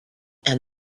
and